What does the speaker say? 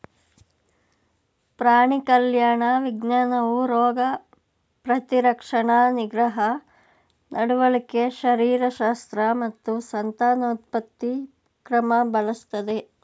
ಪ್ರಾಣಿ ಕಲ್ಯಾಣ ವಿಜ್ಞಾನವು ರೋಗ ಪ್ರತಿರಕ್ಷಣಾ ನಿಗ್ರಹ ನಡವಳಿಕೆ ಶರೀರಶಾಸ್ತ್ರ ಮತ್ತು ಸಂತಾನೋತ್ಪತ್ತಿ ಕ್ರಮ ಬಳಸ್ತದೆ